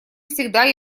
всегда